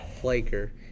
Flaker